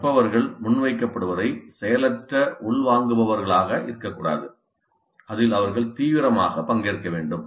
கற்பவர்கள் முன்வைக்கப்படுவதை செயலற்ற உள் வாங்குபவர்களாக இருக்கக்கூடாது அதில் அவர்கள் தீவிரமாக பங்கேற்க வேண்டும்